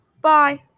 bye